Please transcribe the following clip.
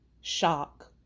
shock